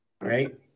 right